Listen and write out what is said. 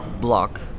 block